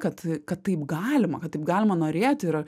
kad kad taip galima kad taip galima norėti yra